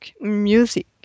Music